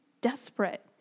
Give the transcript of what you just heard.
desperate